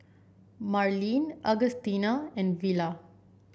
Marlyn Augustina and Villa